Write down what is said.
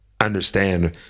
understand